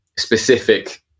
specific